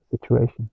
situation